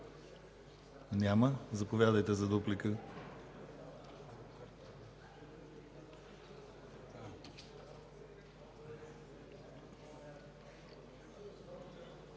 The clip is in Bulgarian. Няма. Заповядайте за дуплика.